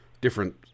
different